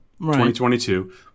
2022